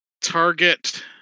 target